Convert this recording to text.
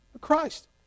Christ